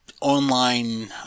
online